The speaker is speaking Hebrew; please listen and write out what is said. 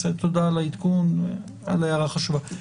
תודה על העדכון, על ההערה חשובה.